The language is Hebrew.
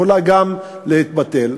להתבטל.